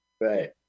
right